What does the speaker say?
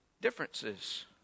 differences